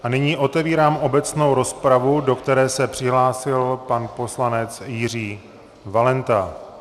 A nyní otevírám obecnou rozpravu, do které se přihlásil pan poslanec Jiří Valenta.